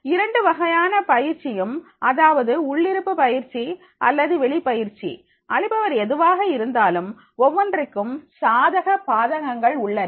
இரண்டு வகையான பயிற்சியும் அதாவது உள்ளிருப்பு பயிற்சி அல்லது வெளி பயிற்சி அளிப்பவர் எதுவாக இருந்தாலும் ஒவ்வொன்றிற்கும் சாதக பாதகங்கள் உள்ளன